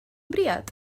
briod